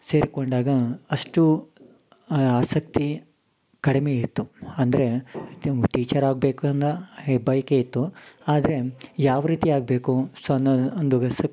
ಸೇರ್ಕೊಂಡಾಗ ಅಷ್ಟು ಆಸಕ್ತಿ ಕಡ್ಮೆಯೆ ಇತ್ತು ಅಂದರೆ ಟೀಚರ್ ಆಗಬೇಕು ಅಂದಾ ಏ ಬಯಕೆ ಇತ್ತು ಆದರೆ ಯಾವ ರೀತಿ ಆಗಬೇಕು ಸೊ ಅನ್ನೊ ಒಂದು ವೆಸ